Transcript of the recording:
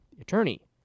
Attorney